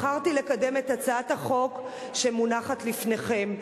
בחרתי לקדם את הצעת החוק שמונחת לפניכם.